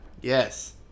Yes